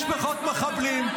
"משפחות מחבלים".